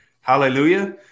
Hallelujah